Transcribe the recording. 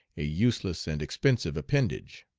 a useless and expensive appendage.